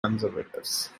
conservatives